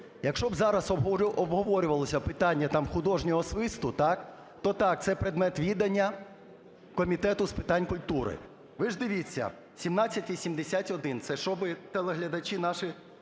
Якщо б зараз обговорювалося питання там художнього свисту – так? – то так, це – предмет відання Комітету з питань культури. Ви ж, дивіться, 1781 – це щоби телеглядачі наші